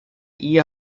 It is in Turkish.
iyi